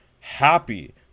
happy